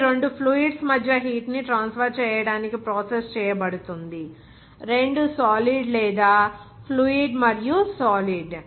ఇది రెండు ఫ్లూయిడ్స్ మధ్య హీట్ ని ట్రాన్స్ఫర్ చేయడానికి ప్రాసెస్ చేయబడుతుంది రెండు సాలిడ్ లేదా ఫ్లూయిడ్ మరియు సాలిడ్